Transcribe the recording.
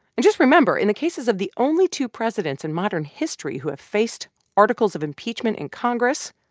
and just remember. in the cases of the only two presidents in modern history who have faced articles of impeachment in congress,